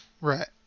Right